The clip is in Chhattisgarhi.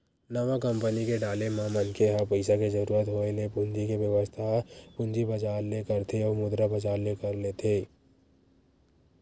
नवा कंपनी के डाले म मनखे ह पइसा के जरुरत होय ले पूंजी के बेवस्था पूंजी बजार ले करथे अउ मुद्रा बजार ले कर लेथे